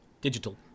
digital